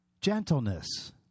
gentleness